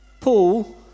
Paul